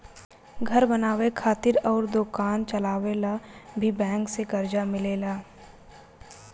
घर बनावे खातिर अउर दोकान चलावे ला भी बैंक से कर्जा मिलेला